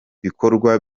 bikorwa